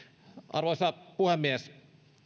arvoisa puhemies